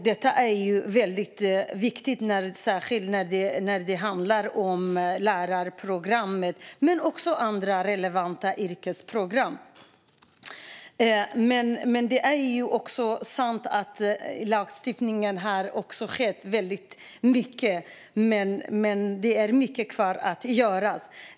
Detta är väldigt viktigt, särskilt när det handlar om lärarprogrammet men också andra relevanta yrkesprogram. Det är sant att det har skett mycket med lagstiftningen, men det är mycket kvar att göra.